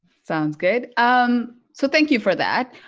sounds good! um so, thank you for that!